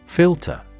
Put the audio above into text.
Filter